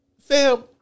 fam